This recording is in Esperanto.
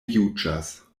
juĝas